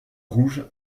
rouge